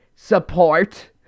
Support